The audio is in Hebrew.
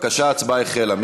בצלאל, בבקשה, ההצבעה החלה.